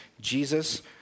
Jesus